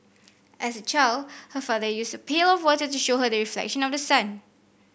as a child her father used a pail of water to show her the reflection of the sun